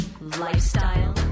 lifestyle